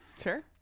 Sure